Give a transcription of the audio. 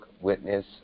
witness